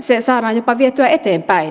se saadaan jopa vietyä eteenpäin